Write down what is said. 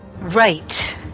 Right